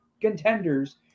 contenders